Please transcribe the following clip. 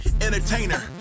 entertainer